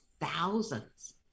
thousands